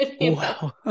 wow